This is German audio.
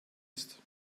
ist